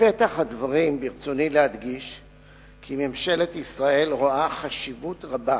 בפתח הדברים ברצוני להדגיש כי ממשלת ישראל רואה חשיבות רבה